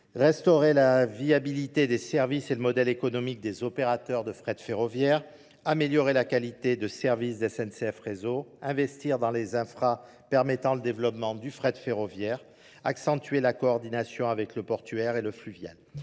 restaurer la viabilité des services et le modèle économique des opérateurs de frais de ferroviaire, améliorer la qualité de services d'SNCF réseau, investir dans les infras permettant le développement du frais de ferroviaire, accentuer la coordination avec le portuaire et le fluvial.